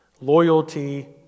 loyalty